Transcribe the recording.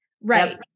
right